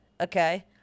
Okay